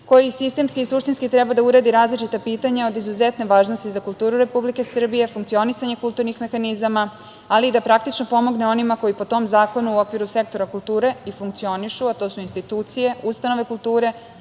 koji sistemski i suštinski treba da uredi različita pitanja od izuzetne važnosti za kulturu Republike Srbije, funkcionisanje kulturnih mehanizama, ali i da praktično pomogne onima koji po tom zakonu u okviru sektora kulture i funkcionišu, a to su institucije, ustanove kulture,